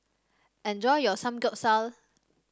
enjoy your Samgeyopsal